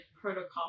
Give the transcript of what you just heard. protocol